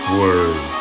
word